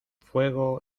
fuego